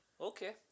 Okay